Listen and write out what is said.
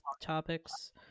topics